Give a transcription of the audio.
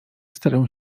starają